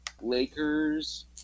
Lakers